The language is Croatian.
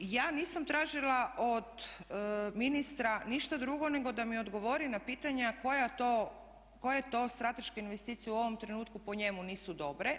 Ja nisam tražila od ministra ništa drugo nego da mi odgovori na pitanja koje to strateške investicije u ovom trenutku po njemu nisu dobre.